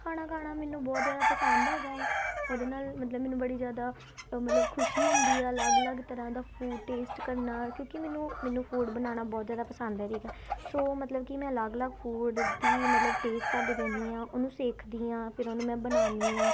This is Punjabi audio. ਖਾਣਾ ਖਾਣਾ ਮੈਨੂੰ ਬਹੁਤ ਜ਼ਿਆਦਾ ਪਸੰਦ ਹੈਗਾ ਹੈ ਉਹਦੇ ਨਾਲ ਮਤਲਬ ਮੈਨੂੰ ਬੜੀ ਜ਼ਿਆਦਾ ਮਤਲਬ ਖੁਸ਼ੀ ਹੁੰਦੀ ਆ ਅਲੱਗ ਅਲੱਗ ਤਰ੍ਹਾਂ ਦਾ ਫੂਡ ਟੇਸਟ ਕਰਨਾ ਕਿਉਂਕਿ ਮੈਨੂੰ ਮੈਨੂੰ ਫੂਡ ਬਣਾਉਣਾ ਬਹੁਤ ਜ਼ਿਆਦਾ ਪਸੰਦ ਹੈ ਠੀਕ ਹੈ ਸੋ ਮਤਲਬ ਕਿ ਮੈਂ ਅਲੱਗ ਅਲੱਗ ਫੂਡ ਦੀ ਮਤਲਬ ਟੇਸਟ ਕਰਦੀ ਰਹਿਦੀ ਹਾਂ ਉਹਨੂੰ ਸਿੱਖਦੀ ਹਾਂ ਫਿਰ ਉਹਨੂੰ ਮੈਂ ਬਣਾਉਂਦੀ ਹਾਂ